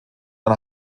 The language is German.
ein